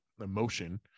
emotion